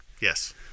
yes